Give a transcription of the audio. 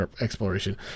exploration